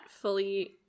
fully